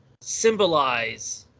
symbolize